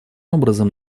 образом